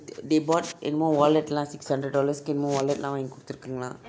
they brought என்னமோ:ennamo wallet lah six hundred dollars wallet வாங்கி கொடுத்திருக்காங்க:vangi koduthurkanga